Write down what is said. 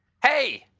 hey!